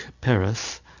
Paris